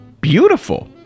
beautiful